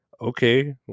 okay